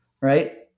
right